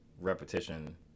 Repetition